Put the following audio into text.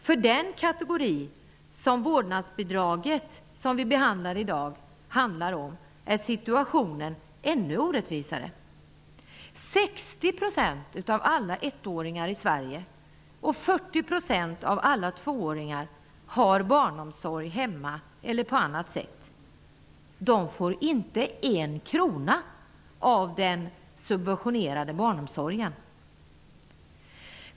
För den kategori som vårdnadsbidraget gäller är situationen ännu orättvisare. 60 % av alla 1-åringar i Sverige och 40 % av alla 2-åringar har barnomsorg hemma eller på annat sätt. De får inte en krona av den subventionerade barnomsorgen.